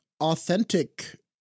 authentic